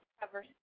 cover